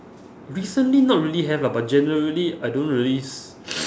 recently not really have lah but generally I don't really s~